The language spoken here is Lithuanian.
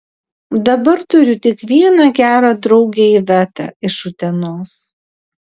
dabar turiu tik vieną gerą draugę ivetą iš utenos